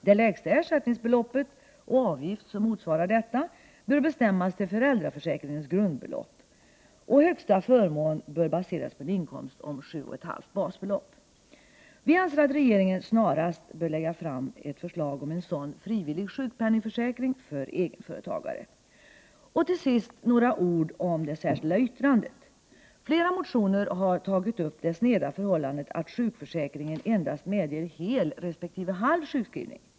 Det lägsta ersättningsbeloppet — och avgift som motsvarar detta — bör bestämmas till föräldraförsäkringens grundbelopp. Högsta förmån bör baseras på en inkomst om 7,5 basbelopp. Vi anser att regeringen snarast bör lägga fram ett förslag om en sådan frivillig sjukpenningförsäkring för egenföretagare. Till sist några ord om det särskilda yttrandet. I flera motioner har man tagit upp det sneda förhållandet att sjukförsäkringen medger endast hel resp. halv sjukskrivning.